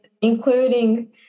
including